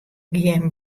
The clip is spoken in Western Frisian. gjin